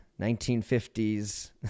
1950s